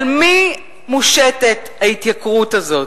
על מי מושתת ההתייקרות הזאת,